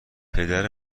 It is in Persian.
پدر